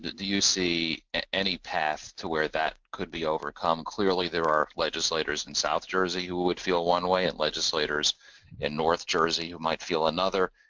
do you see any path to where that could be overcome? clearly there are legislators in south jersey who would feel one way, and legislators in north jersey who might feel another,